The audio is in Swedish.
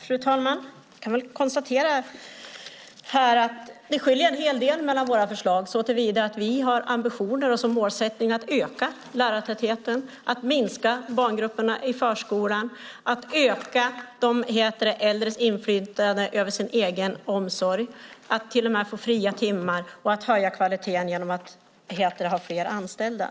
Fru talman! Jag kan konstatera att det skiljer en hel del mellan våra förslag, så till vida att vi har ambitionen och målsättningen att öka lärartätheten, att minska barngrupperna i förskolan, att öka de äldres inflytande över sin egen omsorg, att till och med få fria timmar och att höja kvaliteten genom att ha fler anställda.